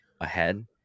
ahead